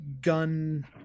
gun